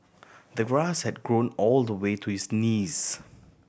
the grass had grown all the way to his knees